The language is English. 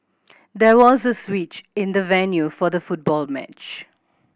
there was a switch in the venue for the football match